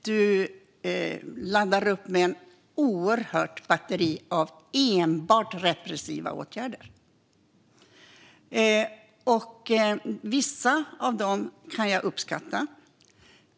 Fru talman och Louise Meijer! Du laddar upp med ett batteri av enbart repressiva åtgärder. Vissa av dem kan jag uppskatta.